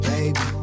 Baby